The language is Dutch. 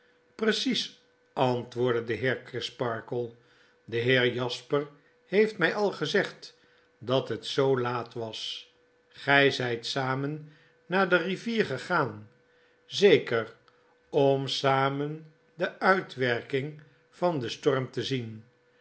precies antwoordde de heer crisparkle de heer jasper heeft mj al gezegd dat het zoo laat was gry zjjt samen naar de rivier gegaan zeker om samen de uitwerking van den storm te zien